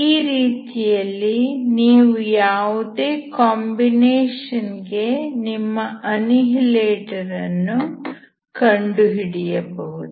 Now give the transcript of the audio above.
ಈ ರೀತಿಯಲ್ಲಿ ನೀವು ಯಾವುದೇ ಕಾಂಬಿನೇಶನ್ ಗೆ ನಿಮ್ಮ ಅನ್ನಿಹಿಲೇಟರ್ ಅನ್ನು ಕಂಡುಹಿಡಿಯಬಹುದು